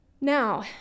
Now